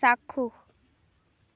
চাক্ষুষ